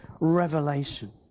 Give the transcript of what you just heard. revelation